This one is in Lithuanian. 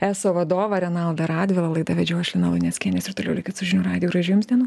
eso vadovą renaldą radvilą laidą vedžiau aš lina luneckienė ir toliau likit su žinių radiju gražių jums dienų